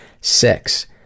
Six